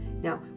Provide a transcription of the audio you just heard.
Now